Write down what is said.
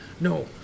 no